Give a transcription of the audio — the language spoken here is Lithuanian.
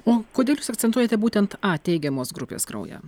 o kodėl jūs akcentuojate būtent a teigiamos grupės kraują